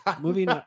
moving